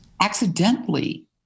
accidentally